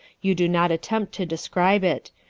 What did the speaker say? you do not attempt to describe it.